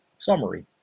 Summary